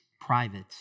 private